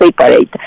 separate